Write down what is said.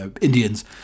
Indians